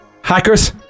Hackers